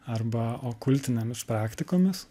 arba o kultinėmis praktikomis